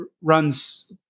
runs